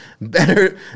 Better